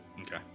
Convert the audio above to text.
Okay